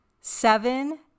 Seven